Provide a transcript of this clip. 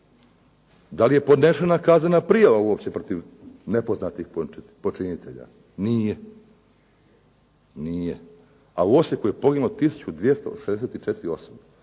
Da li je podnesena kaznena prijava uopće protiv nepoznatih počinitelja? Nije. Nije. A u Osijeku je poginulo 1264